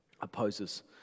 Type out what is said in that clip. opposes